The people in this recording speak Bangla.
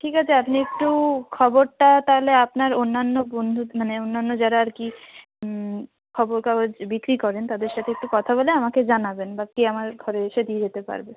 ঠিক আছে আপনি একটু খবরটা তাহলে আপনার অন্যান্য বন্ধু মানে অন্যান্য যারা আর কি খবর কাগজ বিক্রি করেন তাদের সাথে একটু কথা বলে আমাকে জানাবেন বা কে আমার ঘরে এসে দিয়ে যেতে পারবে